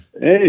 Hey